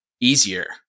easier